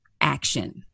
action